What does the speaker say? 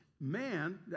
man